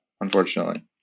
unfortunately